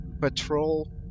patrol